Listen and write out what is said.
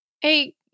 Hey